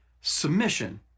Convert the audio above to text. submission